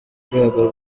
rwego